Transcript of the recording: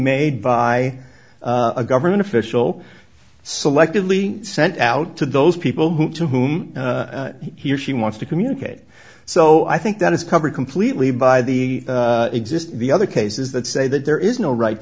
made by a government official selectively sent out to those people who to whom he or she wants to communicate so i think that is covered completely by the exist the other cases that say that there is no right to